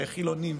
חילונים,